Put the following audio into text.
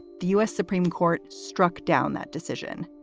the u s. supreme court struck down that decision.